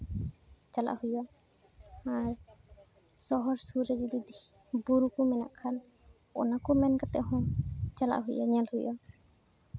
ᱪᱟᱞᱟᱜ ᱦᱩᱭᱩᱜᱼᱟ ᱟᱨ ᱥᱚᱦᱚᱨ ᱥᱩᱨ ᱨᱮ ᱡᱩᱫᱤ ᱵᱩᱨᱩ ᱠᱚ ᱢᱮᱱᱟᱜ ᱠᱷᱟᱱ ᱚᱱᱟᱠᱚ ᱢᱮᱱ ᱠᱟᱛᱮᱫ ᱦᱚᱸ ᱪᱟᱞᱟᱜ ᱦᱩᱭᱩᱜᱼᱟ ᱧᱮᱞ ᱦᱩᱭᱩᱜᱼᱟ